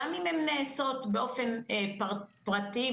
גם אם הן נעשות באופן פרטי,